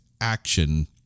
action